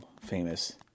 famous